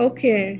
Okay